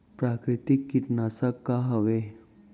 प्राकृतिक कीटनाशक का हवे?